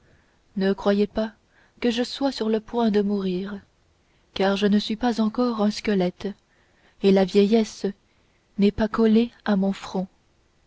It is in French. ne croyez pas que je sois sur le point de mourir car je ne suis pas encore un squelette et la vieillesse n'est pas collée à mon front